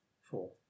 Four